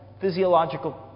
physiological